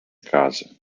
case